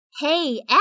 Hey